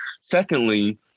Secondly